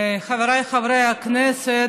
חבריי חברי הכנסת,